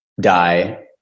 die